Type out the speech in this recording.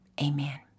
Amen